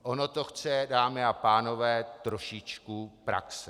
Ono to chce, dámy a pánové, trošičku praxe.